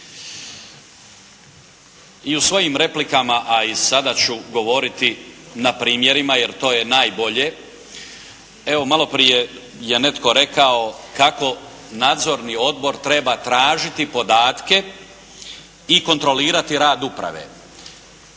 I u svojim replikama a i sada ću govoriti na primjerima jer to je najbolje. Evo, maloprije je netko rekao kako nadzorni odbor treba tražiti podatke i kontrolirati rad uprave.